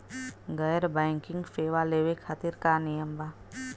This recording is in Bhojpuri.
गैर बैंकिंग सेवा लेवे खातिर का नियम बा?